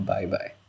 Bye-bye